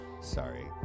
Sorry